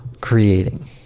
creating